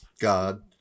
God